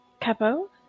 Capo